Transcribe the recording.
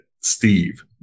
Steve